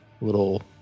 little